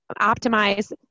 optimize